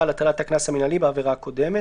על הטלת הקנס המינהלי בעבירה הקודמת,